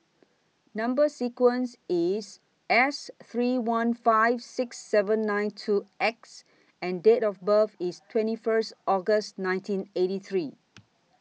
Number sequence IS S three one five six seven nine two X and Date of birth IS twenty First August nineteen eighty three